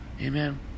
Amen